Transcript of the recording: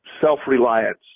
self-reliance